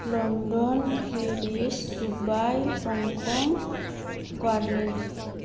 London Paris Dubai Hong Kong Berlin